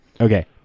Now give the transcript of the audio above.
Okay